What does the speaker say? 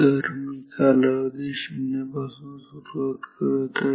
तर मी कालावधी 0 पासून सुरू करत आहे